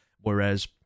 whereas